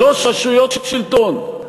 שלוש רשויות שלטון,